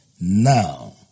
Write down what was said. now